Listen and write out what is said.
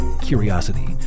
curiosity